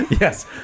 yes